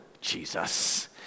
Jesus